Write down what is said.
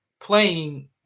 playing